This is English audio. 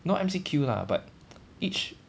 not M_C_Q lah but each